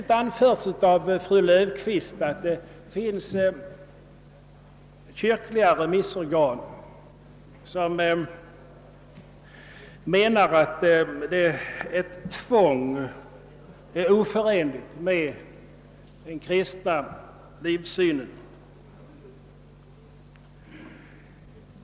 Fru Löfqvist har med rätta erinrat om att det finns kyrkiga remissorgan som anser att ett tvång är oförenligt med den kristna livssynen.